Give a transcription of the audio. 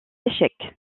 échecs